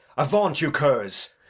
avaunt, you curs!